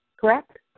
correct